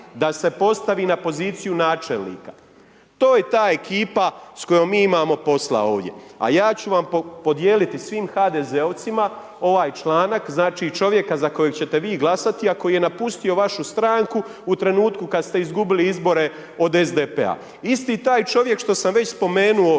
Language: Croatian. da se postavi na poziciju načelnika? To je ta ekipa s kojom mi imamo posla ovdje. Ja ću vam podijeliti svim HDZ-ovcima, ovaj članak, čovjeka za kojega ćete vi glasati a koji je napustio vašu stranku u trenutku kada ste izgubili izbore od SDP-a. Isti taj čovjek što sam već spomenuo